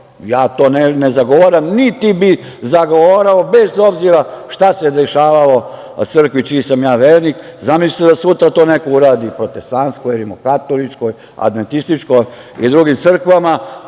ja to ne zagovaram, niti bi zagovarao bez obzira šta se dešavalo crkvi čiji sam ja vernik, zamislite sutra da to neko uradi Protestantskoj, Rimokatoličkoj i drugim crkvama,